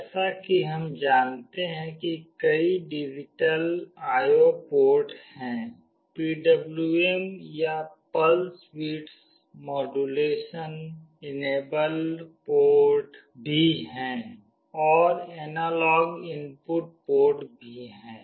जैसा कि हम जानते हैं कि कई डिजिटल आईओ पोर्ट हैं पीडब्लूएम या pulse width modulation enabled port भी हैं और एनालॉग इनपुट पोर्ट भी हैं